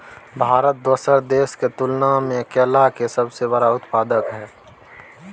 भारत दोसर देश के तुलना में केला के सबसे बड़ उत्पादक हय